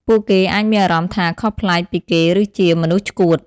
ពួកគេអាចមានអារម្មណ៍ថា "ខុសប្លែក" ពីគេ ឬជា "មនុស្សឆ្កួត"។